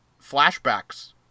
flashbacks